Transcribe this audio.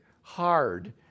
hard